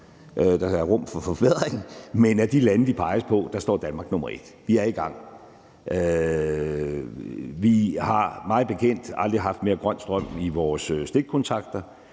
der er plads til forbedring, men af de lande, der peges på, står Danmark som nummer et. Vi er i gang. Vi har mig bekendt aldrig haft mere grøn strøm i vores stikkontakter,